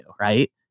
right